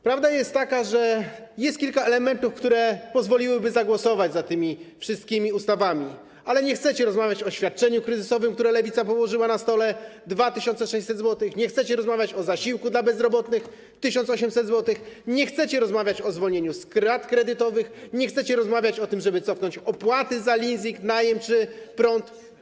Prawda jest taka, że jest kilka elementów, które pozwoliłyby zagłosować za tymi wszystkimi ustawami, ale nie chcecie rozmawiać o świadczeniu kryzysowym, które Lewica położyła na stole - 2600 zł, nie chcecie rozmawiać o zasiłku dla bezrobotnych - 1800 zł, nie chcecie rozmawiać o zwolnieniu z rat kredytowych, nie chcecie rozmawiać o tym, żeby cofnąć opłaty za leasing, najem czy prąd.